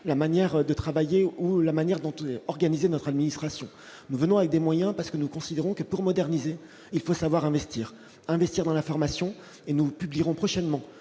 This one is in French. la manière de travailler ou la manière dont tout notre administration nous venons avec des moyens parce que nous considérons que pour moderniser, il faut savoir investir, investir dans la formation et nous publierons prochainement